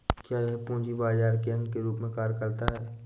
क्या यह पूंजी बाजार के अंग के रूप में कार्य करता है?